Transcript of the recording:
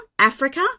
Africa